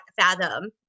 fathom